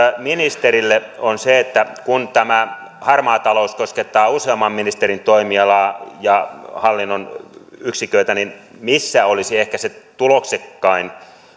ministerille on se että kun tämä harmaa talous koskettaa useamman ministerin toimialaa ja hallinnon yksiköitä niin missä olisi ehkä se tuloksekkain